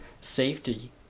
safety